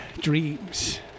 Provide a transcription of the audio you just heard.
Dreams